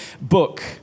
book